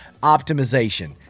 optimization